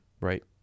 Right